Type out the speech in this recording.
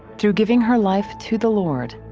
forgiving her life to the lord,